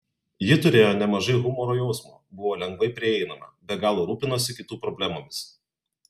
ji turėjo nemažai humoro jausmo buvo lengvai prieinama be galo rūpinosi kitų problemomis